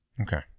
Okay